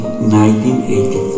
1984